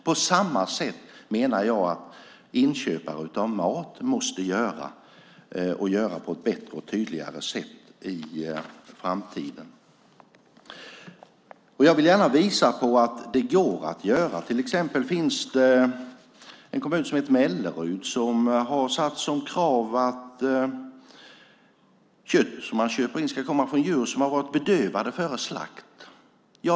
På samma sätt menar jag att inköpare av mat måste göra och göra det på ett bättre och tydligare sätt i framtiden. Jag vill gärna visa på att det går att göra. Till exempel finns det en kommun som heter Mellerud som har satt som krav att kött som man köper in ska komma från djur som har varit bedövade före slakt.